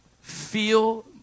feel